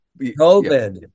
COVID